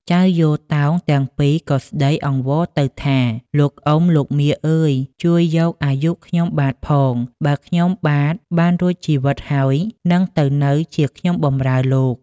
ចៅយោលទោងទាំងពីរក៏ស្តី អង្វរទៅថា “លោកអុំ លោកមាអើយជួយយកអាយុខ្ញុំបាទផង បើខ្ញុំបាទបានរួចជីវិតហើយ នឹងទៅនៅជាខ្ញុំបំរើលោក”។